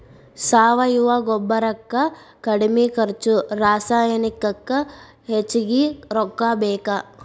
ಸಾವಯುವ ಗೊಬ್ಬರಕ್ಕ ಕಡಮಿ ಖರ್ಚು ರಸಾಯನಿಕಕ್ಕ ಹೆಚಗಿ ರೊಕ್ಕಾ ಬೇಕ